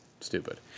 stupid